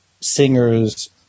singers